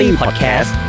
podcast